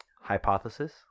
hypothesis